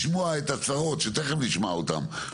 לשמוע את הצרות שתיכף נשמע אותם,